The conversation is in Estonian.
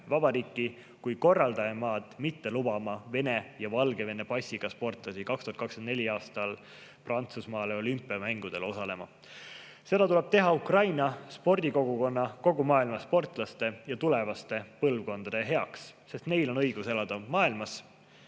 Vabariiki kui korraldajamaad üles mitte lubama Vene ja Valgevene passiga sportlasi 2024. aastal Prantsusmaale olümpiamängudele osalema. Seda tuleb teha Ukraina spordikogukonna, kogu maailma sportlaste ja tulevaste põlvkondade heaks, sest neil on õigus elada maailmas,